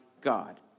God